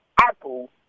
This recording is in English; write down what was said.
Apple